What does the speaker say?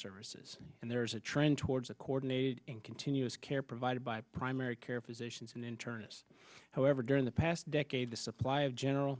services and there is a trend towards a coordinated and continuous care provided by primary care physicians and internists however during the past decade the supply of general